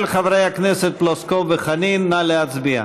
של חברי הכנסת פלוסקוב וחנין, נא להצביע.